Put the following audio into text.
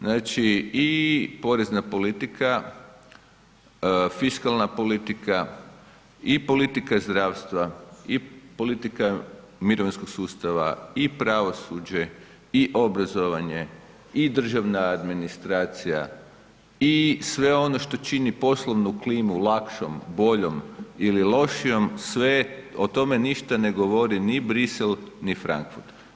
Znači i porezna politika, fiskalna politika, i politika zdravstva, i politika mirovinskog sustava, i pravosuđe, i obrazovanje, i državna administracija i sve ono što čini poslovnu klimu lakšom, boljom ili lošijom sve o tome ništa ne govori niti Bruxelles, ni Frankfurt.